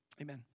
amen